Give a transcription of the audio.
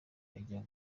kujya